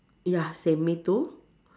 ya same me too